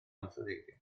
ansoddeiriau